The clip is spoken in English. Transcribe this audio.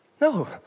No